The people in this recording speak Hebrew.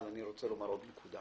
אבל אני רוצה לומר עוד נקודה